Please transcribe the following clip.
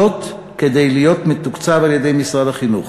זאת כדי להיות מתוקצב על-ידי משרד החינוך.